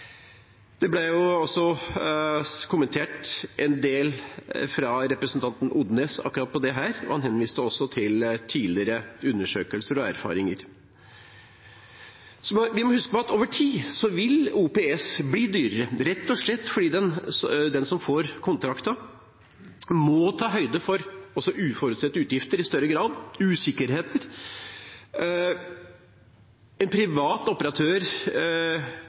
dette ble også kommentert en del av representanten Odnes. Han henviste også til tidligere undersøkelser og erfaringer. Vi må huske på at over tid vil OPS bli dyrere, rett og slett fordi den som får kontrakten, i større grad også må ta høyde for uforutsette utgifter, usikkerheter. En privat operatør